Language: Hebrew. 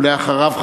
ואחריו,